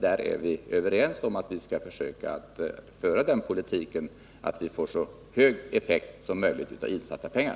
Viär ju överens om att vi skall försöka föra en sådan politik att vi får så hög effekt som möjligt av insatta pengar.